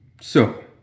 So